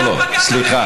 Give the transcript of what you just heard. לא, לא, סליחה.